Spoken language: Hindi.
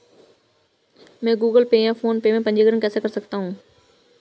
मैं गूगल पे या फोनपे में पंजीकरण कैसे कर सकता हूँ?